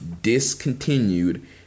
discontinued